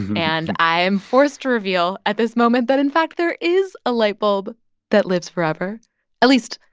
and i am forced to reveal at this moment that, in fact, there is a light bulb that lives forever at least,